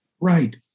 Right